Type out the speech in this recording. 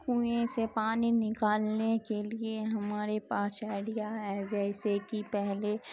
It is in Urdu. کنویں سے پانی نکالنے کے لیے ہمارے پاس آئیڈیا ہے جیسے کہ پہلے